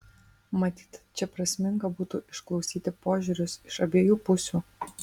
matyt čia prasminga būtų išklausyti požiūrius iš abiejų pusių